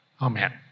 Amen